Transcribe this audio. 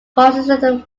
causes